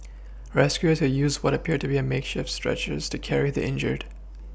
rescuers to used what appeared to be a makeshift stretchers to carry the injured